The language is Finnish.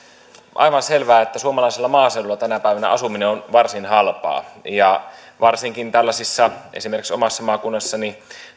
aivan selvää että suomalaisella maaseudulla tänä päivänä asuminen on varsin halpaa varsinkin tällaisissa kuntaliitoskunnissa esimerkiksi omassa maakunnassani